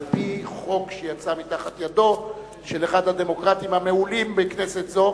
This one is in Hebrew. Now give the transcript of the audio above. על-פי חוק שיצא מתחת ידו של אחד הדמוקרטים המעולים בכנסת זו,